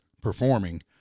performing